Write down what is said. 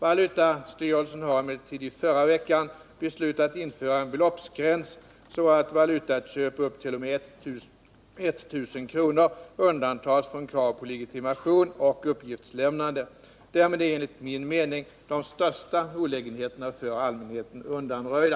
Valutastyrelsen har emellertid i förra veckan beslutat införa en beloppsgräns så att valutaköp upp t.o.m. 1 000 kr. undantas från krav på legitimation och uppgiftslämnande. Därmed är enligt min mening de största olägenheterna för allmänheten undanröjda.